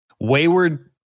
Wayward